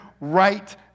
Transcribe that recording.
right